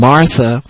Martha